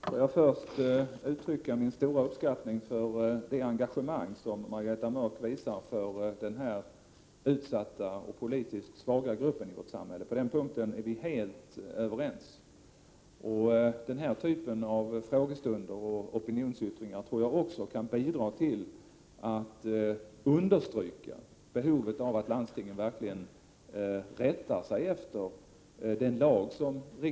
Herr talman! Får jag först uttrycka min stora uppskattning för det engagemang som Margareta Mörck visar för denna utsatta och politiskt svaga grupp i vårt samhälle. På den punkten är vi helt överens. Denna typ av frågestunder och opinionsyttringar tror jag också kan bidra till att understry ka behovet av att landstingen verkligen rättar sig efter den iag riksdagen, med Prot.